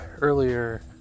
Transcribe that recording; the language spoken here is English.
earlier